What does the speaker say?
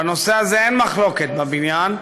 בנושא הזה אין מחלוקת בבניין,